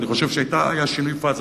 אני חושב שזה היה שינוי פאזה.